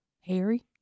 Harry